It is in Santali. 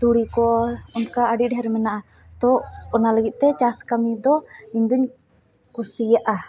ᱛᱩᱲᱤᱠᱚ ᱚᱱᱠᱟ ᱟᱹᱰᱤ ᱰᱷᱮᱨ ᱦᱮᱱᱟᱜᱟᱼᱟ ᱛᱚ ᱚᱱᱟ ᱞᱟᱹᱜᱤᱫᱛᱮ ᱪᱟᱥ ᱠᱟᱹᱢᱤᱫᱚ ᱤᱧᱫᱚᱧ ᱠᱩᱥᱤᱭᱟᱜᱼᱟ